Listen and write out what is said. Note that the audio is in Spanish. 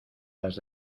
las